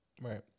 right